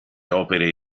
opere